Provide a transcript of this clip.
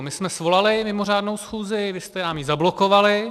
My jsme svolali mimořádnou schůzi, vy jste nám ji zablokovali.